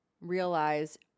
realize